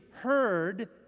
heard